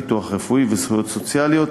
ביטוח רפואי וזכויות סוציאליות,